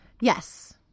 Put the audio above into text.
yes